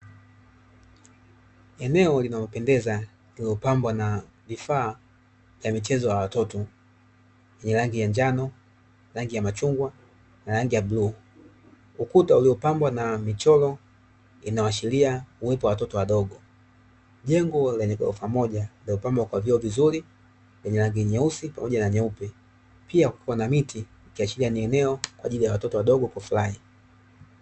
Eneo linao pendeza liloo pambwa vifaa ya michezo ya watoto yenye rangi ya njano, rangi machungwa na rangi ya bluu, ukuta ulio pambwa na michoro inayohashiria uwepo wa watoto wadogo. Jengo lenye gorofa moja lililo pambwa vioo vizuri lenye rangi nyeusi pamoja na nyeupe pia kuna miti ikiashiria watoto wadogo kufurahi.